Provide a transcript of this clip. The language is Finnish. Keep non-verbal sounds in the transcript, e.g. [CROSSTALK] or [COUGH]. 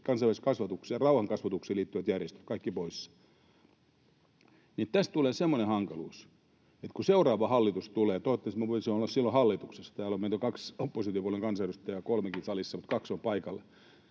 kansainväliseen kasvatukseen ja rauhankasvatukseen liittyviltä järjestöiltä kaikki pois — niin tästä tulee semmoinen hankaluus, että kun seuraava hallitus tulee... Toivottavasti me voitaisiin olla silloin hallituksessa — täällä meitä on kaksi oppositiopuolueen kansanedustajaa, [NOISE] kolmekin salissa, mutta kaksi on paikalla...